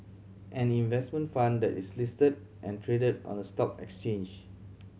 an investment fund that is listed and traded on a stock exchange